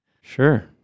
Sure